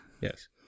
Yes